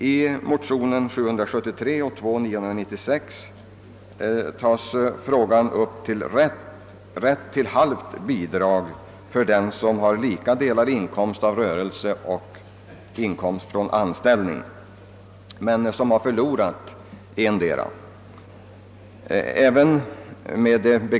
I motionerna I: 773 och II:996 tar man upp frågan om rätt till halvt bidrag för den som haft lika delar inkomst av rörelse och anställning men som har förlorat endera inkomstkällan.